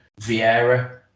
Vieira